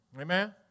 Amen